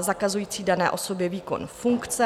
zakazující dané osobě výkon funkce.